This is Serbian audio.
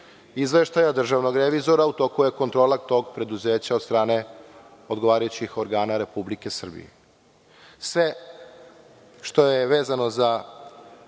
izveštaja državnog revizora, u toku je kontrola tog preduzeća od strane odgovarajućih organa Republike Srbije. Sve što je vezano za